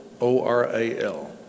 O-R-A-L